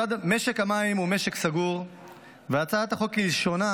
משק המים הוא משק סגור והצעת החוק כלשונה